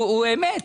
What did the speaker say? אמת.